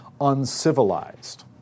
uncivilized